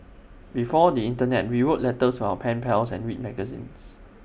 before the Internet we wrote letters to our pen pals and read magazines